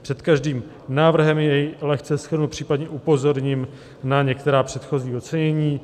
Před každým návrhem jej lehce shrnu, případně upozorním na některá předchozí ocenění.